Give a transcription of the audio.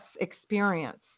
experience